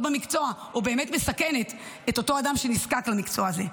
במקצוע או באמת מסכנת את אותו אדם שנזקק למקצוע הזה.